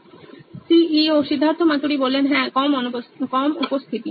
Siddharth Maturi C E O নোইন electronics হ্যাঁ কম উপস্থিতি